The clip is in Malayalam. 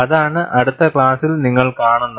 അതാണ് അടുത്ത ക്ലാസിൽ നിങ്ങൾ കാണുന്നത്